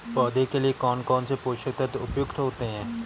पौधे के लिए कौन कौन से पोषक तत्व उपयुक्त होते हैं?